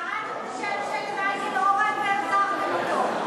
קראת את השם של מייקל אורן והחזרתם אותו,